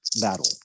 battle